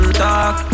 talk